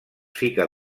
fica